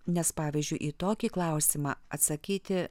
nes pavyzdžiui į tokį klausimą atsakyti